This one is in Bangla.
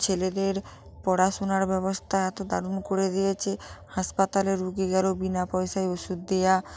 ছেলেদের পড়াশোনার ব্যবস্থা এত দারুণ করে দিয়েছে হাসপাতালে রোগীদেরও বিনা পয়সায় ওষুধ দেওয়া